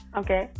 okay